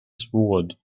sword